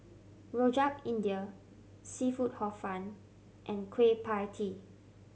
Rojak India seafood Hor Fun and Kueh Pie Tee